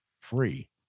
free